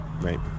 Right